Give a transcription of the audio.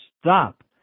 stop